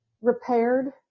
repaired